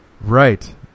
Right